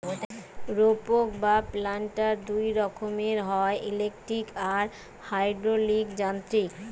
রোপক বা প্ল্যান্টার দুই রকমের হয়, ইলেকট্রিক আর হাইড্রলিক যান্ত্রিক